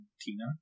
Tina